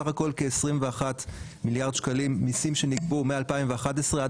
סך הכל כ-21 מיליארד שקלים מיסים שנגבו מ-2011-2022.